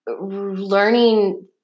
learning